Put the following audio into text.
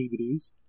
DVDs